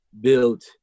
built